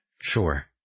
Sure